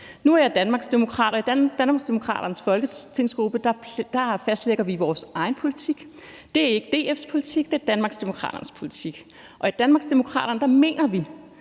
Nu er jeg danmarksdemokrat, og i Danmarksdemokraternes folketingsgruppe fastlægger vi vores egen politik. Det er ikke DF's politik. Det er Danmarksdemokraternes politik, og i Danmarksdemokraterne mener vi,